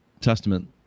Testament